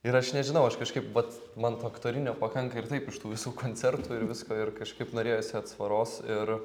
ir aš nežinau aš kažkaip vat man to aktorinio pakanka ir taip iš tų visų koncertų ir visko ir kažkaip norėjosi atsvaros ir